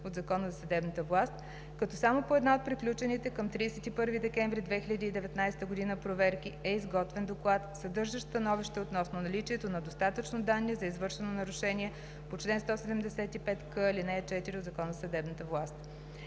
от Закона за съдебната власт, като само по една от приключените към 31 декември 2019 г. проверки е изготвен доклад, съдържащ становище относно наличието на достатъчно данни за извършено нарушение по чл. 175к, ал. 4 от Закона за съдебната власт.